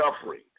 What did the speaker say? suffering